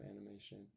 animation